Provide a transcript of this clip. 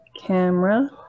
camera